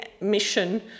mission